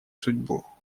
судьбу